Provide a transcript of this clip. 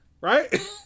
right